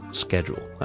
schedule 。